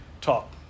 talk